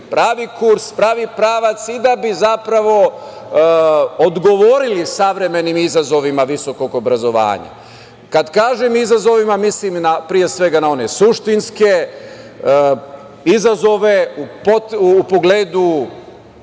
pravi kurs, pravi pravac, i da bi zapravo odgovorili savremenim izazovima visokog obrazovanja. Kada kažem , izazovima, mislim na one suštinske izazove u pogledu